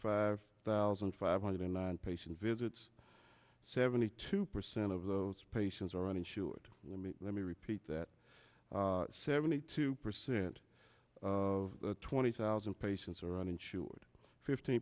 five thousand five hundred in one patient visits seventy two percent of those patients are uninsured let me let me repeat that seventy two percent of twenty thousand patients are uninsured fifteen